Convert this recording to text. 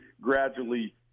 gradually